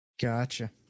Gotcha